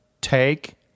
Take